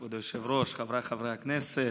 כבוד היושב-ראש, חבריי חברי הכנסת,